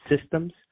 systems